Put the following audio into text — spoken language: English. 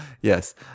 Yes